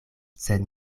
sed